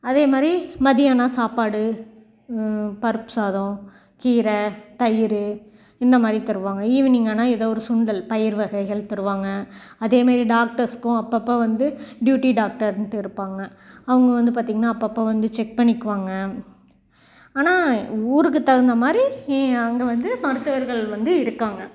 அதே மாதிரி மத்தியானம் சாப்பாடு பருப்பு சாதம் கீரை தயிர் இந்த மாதிரி தருவாங்க ஈவினிங் ஆனால் ஏதோ ஒரு சுண்டல் பயிர் வகைகள் தருவாங்க அதேமாரி டாக்டர்ஸ்க்கும் அப்பப்போ வந்து ட்யூட்டி டாக்டர்ன்ட்டு இருப்பாங்க அவங்க வந்து பார்த்தீங்கன்னா அப்பப்போ வந்து செக் பண்ணிக்குவாங்க ஆனால் ஊருக்கு தகுந்த மாதிரி இ அங்கே வந்து மருத்துவர்கள் வந்து இருக்காங்க